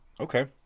Okay